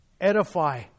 edify